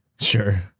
Sure